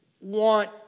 want